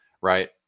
right